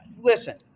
Listen